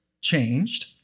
changed